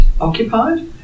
occupied